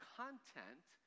content